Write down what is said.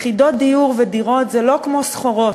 יחידות דיור ודירות זה לא כמו סחורות: